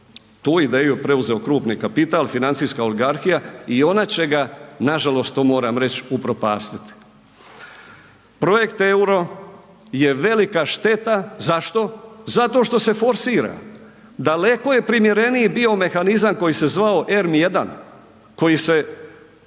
Tu ideju je preuzeo krupni kapital, financijska oligarhija i ona će ga nažalost to moram reći upropastiti. Projekt EURO je velika šteta. Zašto? Zato što se forsira. Daleko je primjereniji bio mehanizam koji se zvao ERM I, koji se